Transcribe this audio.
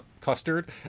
custard